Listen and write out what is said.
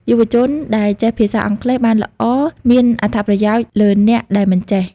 យុវជនដែលចេះភាសាអង់គ្លេសបានល្អមានអត្ថប្រយោជន៍លើអ្នកដែលមិនចេះ។